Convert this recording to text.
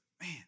man